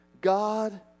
God